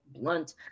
blunt